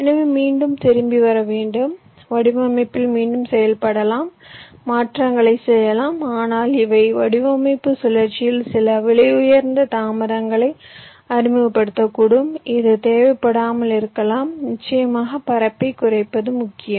எனவே மீண்டும் திரும்பி வர வேண்டும் வடிவமைப்பில் மீண்டும் செயல்படலாம் மாற்றங்களைச் செய்யலாம் ஆனால் இவை வடிவமைப்பு சுழற்சியில் சில விலையுயர்ந்த தாமதங்களை அறிமுகப்படுத்தக்கூடும் இது தேவைப்படாமல் இருக்கலாம் நிச்சயமாக பரப்பைக் குறைப்பது முக்கியம்